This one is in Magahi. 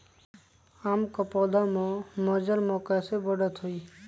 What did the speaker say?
आम क पौधा म मजर म कैसे बढ़त होई?